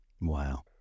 Wow